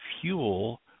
fuel